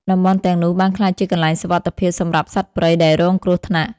តំបន់ទាំងនោះបានក្លាយជាកន្លែងសុវត្ថិភាពសម្រាប់សត្វព្រៃដែលរងគ្រោះថ្នាក់។